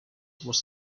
was